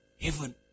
heaven